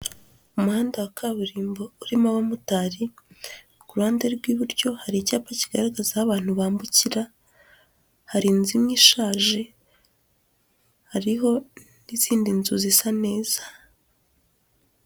Umuhanda wa kaburimbo urimo abamotari, ku ruhande rw'iburyo hari icyapa kigaragaza aho abantu bambukira, hari inzu imwe ishaje, hariho n'izindi nzu zisa neza.